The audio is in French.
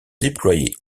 déployé